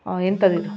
ಎಂಥದಿದು